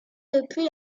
depuis